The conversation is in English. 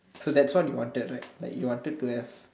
so that's what you wanted right like you wanted to have